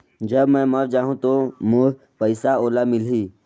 जब मै मर जाहूं तो मोर पइसा ओला मिली?